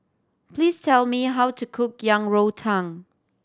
please tell me how to cook Yang Rou Tang